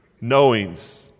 knowings